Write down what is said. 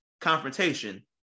confrontation